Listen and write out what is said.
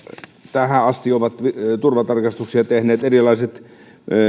tähän asti ovat turvatarkastuksia tehneet erilaiset